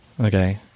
Okay